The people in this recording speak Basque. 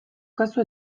kasu